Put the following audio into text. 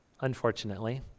unfortunately